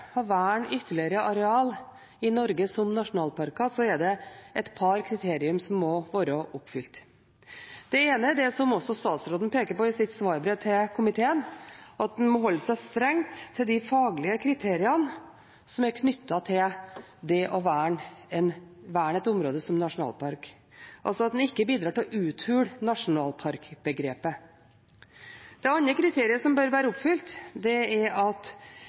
ytterligere areal som nasjonalparker i Norge, er det et par kriterier som må være oppfylt. Det ene er det som også statsråden peker på i sitt svarbrev til komiteen, at en må holde seg strengt til de faglige kriteriene som er knyttet til det å verne et område som nasjonalpark, altså at en ikke bidrar til å uthule begrepet «nasjonalpark». Det andre kriteriet som bør være oppfylt, er at